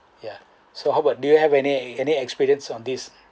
yeah so how about do you have any any experience on this